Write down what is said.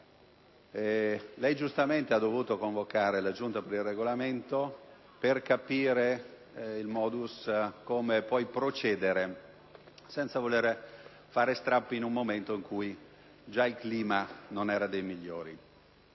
Lei giustamente ha dovuto convocare la Giunta per il Regolamento per capire il modo di procedere, senza voler fare strappi in un momento in cui il clima già non era dei migliori.